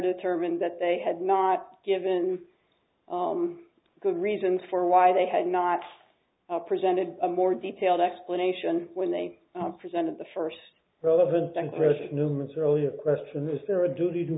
determined that they had not given good reason for why they had not presented a more detailed explanation when they presented the first relevant